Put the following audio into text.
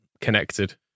connected